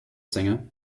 singer